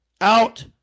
out